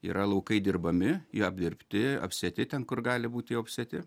yra laukai dirbami jie apdirbti apsėti ten kur gali būti jau apsėti